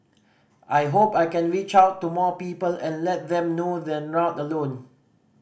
I hope I can reach out to more people and let them know they're not alone